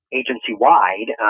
agency-wide